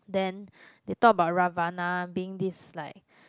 then they talk about Ravana being this like